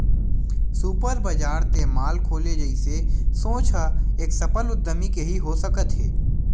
super बजार ते mall खोले जइसे सोच ह एक सफल उद्यमी के ही हो सकत हे